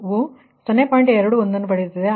21 ಪಡೆಯುತ್ತದೆ